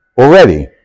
already